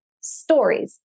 stories